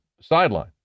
sideline